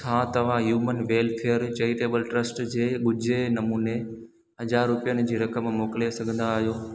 छा तव्हां human welfare charitable trust खे ॻुझे नमूने हज़ार रुपियनि जी रक़म मोकिले सघंदा आहियो